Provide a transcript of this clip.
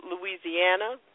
Louisiana